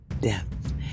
death